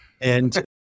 And-